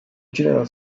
general